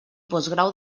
postgrau